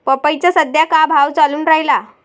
पपईचा सद्या का भाव चालून रायला?